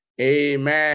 Amen